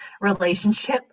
relationship